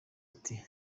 ati